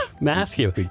Matthew